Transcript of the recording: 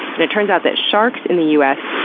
and it turns out that sharks in the u s.